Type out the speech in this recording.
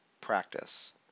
practice